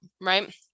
right